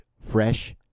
fresh